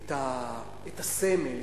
את הסמל,